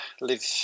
live